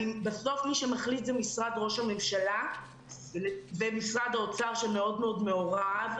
בסוף מי שמחליט זה משרד ראש הממשלה ומשרד האוצר שמאוד מאוד מעורב,